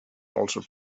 also